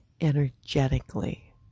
energetically